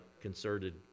concerted